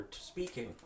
speaking